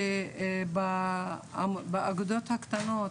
שבאגודות הקטנות,